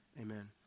amen